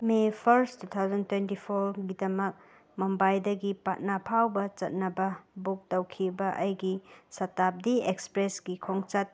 ꯃꯦ first two thousand twenty ꯐꯣꯔꯒꯤꯗꯃꯛ ꯃꯨꯝꯕꯥꯏꯗꯒꯤ ꯄꯠꯅꯥ ꯐꯥꯎꯕ ꯆꯠꯅꯕ ꯕꯨꯛ ꯇꯧꯈꯤꯕ ꯑꯩꯒꯤ ꯁꯇꯥꯞꯗꯤ ꯑꯦꯛꯁꯄ꯭ꯔꯦꯁꯒꯤ ꯈꯣꯡꯆꯠ